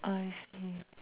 I see